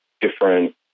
different